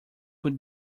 would